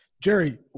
Jerry